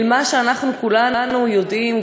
אל מה שאנחנו כולנו יודעים,